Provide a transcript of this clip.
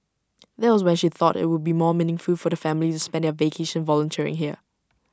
that was when she thought IT would be more meaningful for the family spend their vacation volunteering there